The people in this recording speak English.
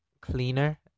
cleaner